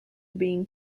being